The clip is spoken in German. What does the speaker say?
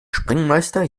sprengmeister